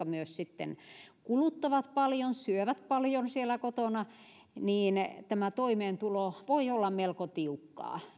myös kuluttavat paljon syövät paljon siellä kotona toimeentulo voi olla melko tiukkaa